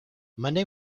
monday